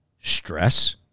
stress